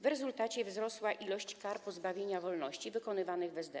W rezultacie wzrosła ilość kar pozbawienia wolności wykonywanych w SDE.